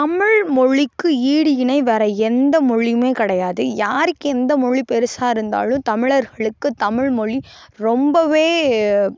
தமிழ்மொழிக்கு ஈடு இணை வேற எந்தமொழியுமே கிடையாது யாருக்கு எந்தமொழி பெருசாக இருந்தாலும் தமிழர்களுக்கு தமிழ்மொழி ரொம்பவே